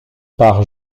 par